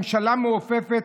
ממשלה מעופפת,